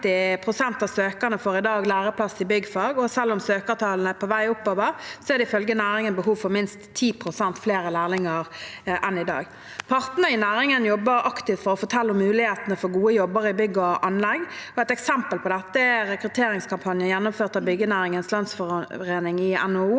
pst. av søkerne får i dag læreplass i byggfag. Selv om søkertallene er på vei oppover, er det ifølge næringen behov for minst 10 pst. flere lærlinger enn i dag. Partene i næringen jobber aktivt for å fortelle om mulighetene for gode jobber i bygg og anlegg. Et eksempel på dette er en rekrutteringskampanje gjennomført av Byggenæringens Landsforening i NHO.